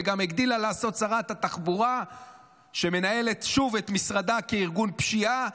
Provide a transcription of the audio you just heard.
וגם הגדילה לעשות שרת התחבורה שמנהלת שוב את משרדה כארגון פשיעה,